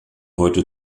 heute